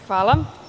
Hvala.